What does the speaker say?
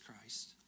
Christ